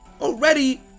already